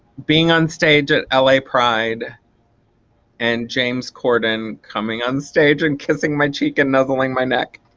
being on stage at ah la pride and james corden coming on stage and kissing my cheek and nuzzling my neck.